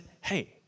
hey